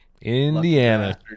Indiana